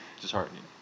disheartening